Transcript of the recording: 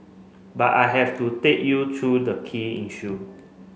but I have to take you through the key issue